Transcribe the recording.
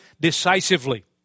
decisively